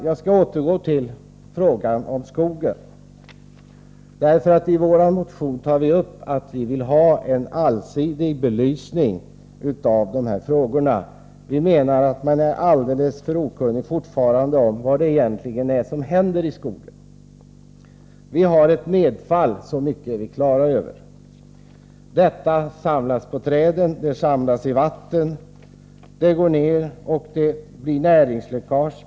Jag skall återgå till frågan om skogen. I vår motion tar vi upp att vi vill ha en allsidig belysning av dessa frågor. Vi menar att man fortfarande är alldeles för okunnig om vad som egentligen händer i skogen. Vi har ett nedfall — så mycket är vi klara över. Detta samlas på träden och i vattnet. Det går ned, och det blir näringsläckage.